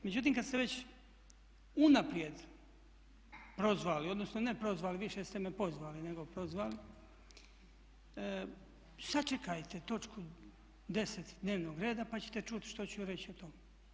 Međutim kad ste već unaprijed prozvali, odnosno ne prozvali više ste me pozvali nego prozvali, sačekajte točku 10. dnevnog reda pa ćete čuti što ću reći o tome.